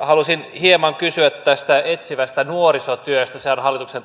haluaisin hieman kysyä tästä etsivästä nuorisotyöstä hallituksen